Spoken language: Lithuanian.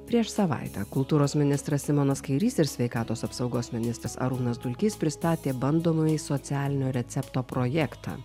prieš savaitę kultūros ministras simonas kairys ir sveikatos apsaugos ministras arūnas dulkys pristatė bandomojį socialinio recepto projektą